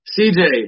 CJ